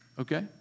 Okay